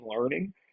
learning